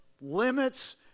Limits